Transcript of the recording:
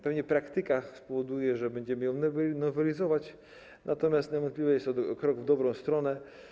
Pewnie praktyka spowoduje, że będziemy ją nowelizować, natomiast niewątpliwie jest to krok w dobrą stronę.